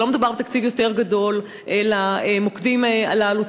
לא מדובר בתקציב גדול למוקדים הללו.